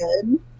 good